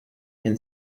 and